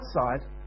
outside